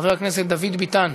אין מתנגדים,